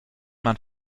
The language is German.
man